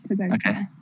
Okay